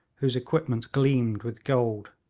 whose equipments gleamed with gold.